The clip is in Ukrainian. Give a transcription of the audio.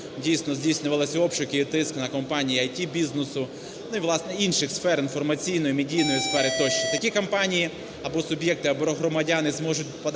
дійсно, здійснювались обшуки і тиск на компанії ІТ-бізнесу і, власне, інших сфер інформаційної, медійної сфери тощо. Такі компанії або суб'єкти, або громадяни зможуть подати